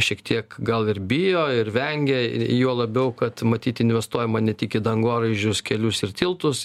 šiek tiek gal ir bijo ir vengia ir juo labiau kad matyt investuojama ne tik į dangoraižius kelius ir tiltus